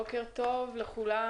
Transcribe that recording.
בוקר טוב לכולם,